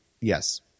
yes